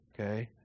okay